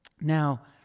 Now